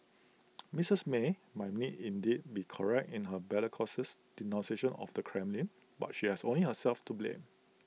Mistress may might indeed be correct in her bellicose denunciation of the Kremlin but she has only herself to blame